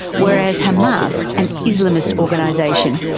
whereas hamas, an islamist organisation,